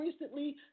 recently